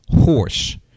horse